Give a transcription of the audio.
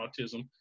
autism